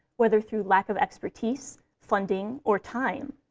whether through lack of expertise, funding, or time,